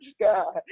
God